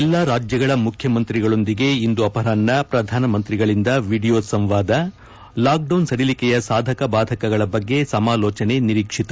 ಎಲ್ಲಾ ರಾಜ್ಲಗಳ ಮುಖ್ಯಮಂತ್ರಿಗಳೊಂದಿಗೆ ಇಂದು ಅಪರಾಷ್ನ ಪ್ರಧಾನಮಂತ್ರಿಗಳಿಂದ ವಿಡಿಯೋ ಸಂವಾದ ಲಾಕ್ಡೌನ್ ಸಡಿಲಿಕೆಯ ಸಾಧಕ ಭಾದಕಗಳ ಬಗ್ಗೆ ಸಮಾಲೋಚನೆ ನಿರೀಕ್ಷಿತ